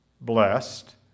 blessed